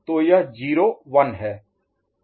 तो यह 0 1 है